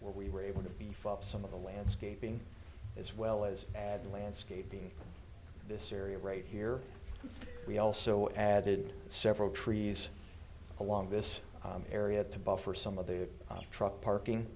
where we were able to beef up some of the landscaping as well as add landscaping this area right here we also added several trees along this area to buffer some of the truck parking